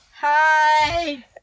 Hi